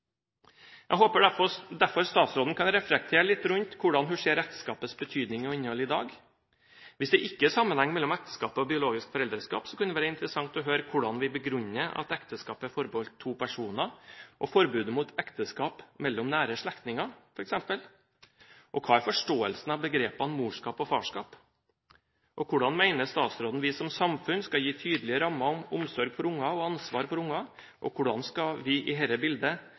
Jeg håper derfor statsråden kan reflektere litt rundt hvordan hun ser på ekteskapets betydning og innhold i dag. Hvis det ikke er sammenheng mellom ekteskapet og biologisk foreldreskap, kunne det være interessant å høre hvordan vi begrunner at ekteskapet er forbeholdt to personer, og forbudet mot ekteskap mellom nære slektninger, f.eks. Hva er forståelsen av begrepene morskap og farskap? Hvordan mener statsråden vi som samfunn skal gi tydelige rammer om omsorg for unger og ansvar for unger? Hvordan skal vi i dette bildet